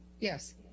yes